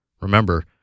Remember